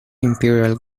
imperial